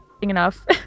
Enough